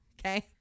Okay